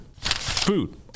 food